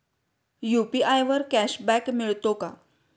UPI वर cashback मिळतो का?